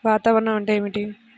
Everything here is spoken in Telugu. వాతావరణం అంటే ఏమిటి?